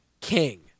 king